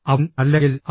അവൻ അല്ലെങ്കിൽ അവൾ